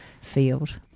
field